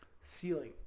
ceiling